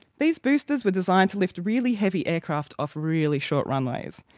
these boosters were designed to lift really heavy aircraft off really short runways,